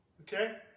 Okay